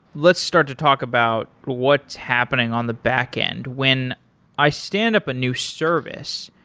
let's start to talk about what's happening on the backend. when i stand up a new service,